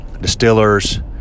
distillers